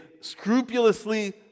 scrupulously